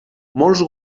molts